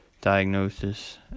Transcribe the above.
diagnosis